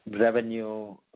Revenue